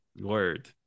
word